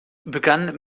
begann